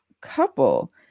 couple